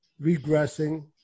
regressing